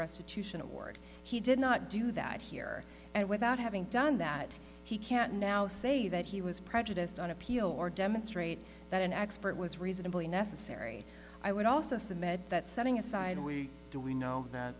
restitution award he did not do that here and without having done that he can now say that he was prejudiced on appeal or demonstrate that an expert was reasonably necessary i would also submit that setting aside we do we know th